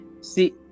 See